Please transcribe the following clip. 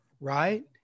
right